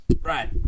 Right